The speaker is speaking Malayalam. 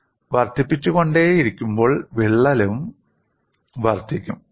ഞാൻ ലോഡ് വർദ്ധിപ്പിച്ചുകൊണ്ടിരിക്കുമ്പോൾ വിള്ളലും വർദ്ധിക്കും